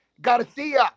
Garcia